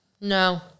no